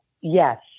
yes